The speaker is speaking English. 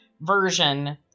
version